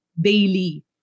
daily